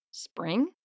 Spring